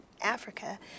Africa